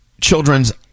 children's